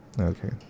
okay